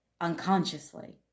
unconsciously